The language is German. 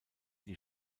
die